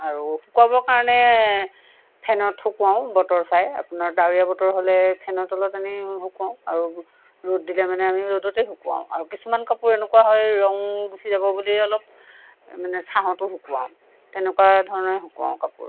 আৰু শুকুৱাবৰ কাৰণে ফেনত শুকুৱাওঁ বতৰ চাই আপোনাৰ দাৱৰীয়া বতৰ হ'লে ফেনৰ তলত এনেই শুকুৱাওঁ আৰু ৰ'দ দিলে মানে আমি ৰ'দতে শুকুৱাওঁ আৰু কিছুমান কাপোৰ এনেকুৱা হয় ৰং গুচি যাব বুলি অলপ মানে ছাঁতো শুকুৱাওঁ তেনেকুৱা ধৰণে শুকুৱাওঁ কাপোৰ